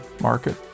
market